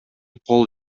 кол